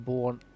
Born